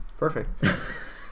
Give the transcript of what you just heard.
perfect